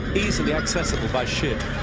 easily accessible by ship,